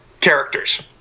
Characters